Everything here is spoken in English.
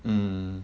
mm